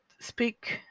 speak